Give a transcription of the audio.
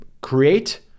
create